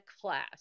class